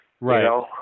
Right